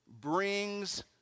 brings